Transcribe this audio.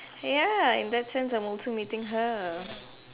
ya in that sense I'm also meeting her